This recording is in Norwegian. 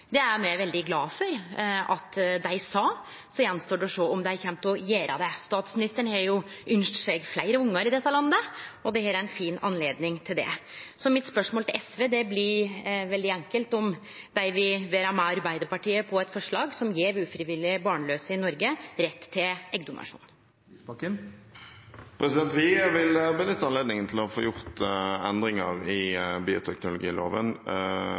Det er me veldig glade for at dei sa, og så står det att å sjå om dei kjem til å gjere det. Statsministeren har jo ynskt seg fleire ungar i dette landet, og dette er ei fin anledning til det. Spørsmålet mitt til SV blir veldig enkelt, om dei vil vere med på Arbeidarpartiet sitt forslag som gjev ufrivillig barnlause i Noreg rett til eggdonasjon. Vi vil benytte anledningen til å få gjort endringer i